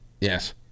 Yes